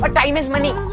but time is money.